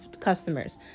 customers